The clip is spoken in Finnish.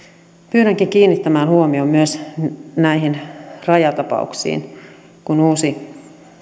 pyydänkin kiinnittämään huomion myös näihin rajatapauksiin kun uusi